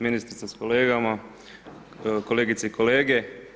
Ministrice s kolegama, kolegice i kolege.